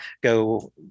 go